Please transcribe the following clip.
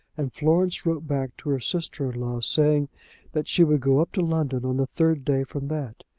and florence wrote back to her sister-in-law, saying that she would go up to london on the third day from that.